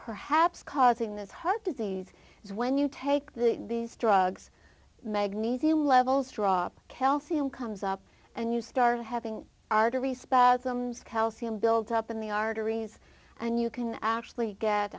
perhaps causing this heart disease is when you take these drugs magnesium levels drop calcium comes up and you start having are to respect calcium build up in the arteries and you can actually get